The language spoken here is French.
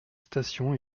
station